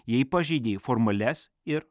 jei pažeidei formalias ir